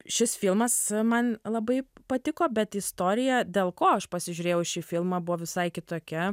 šis filmas man labai patiko bet istorija dėl ko aš pasižiūrėjau šį filmą buvo visai kitokia